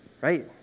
right